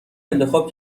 انتخاب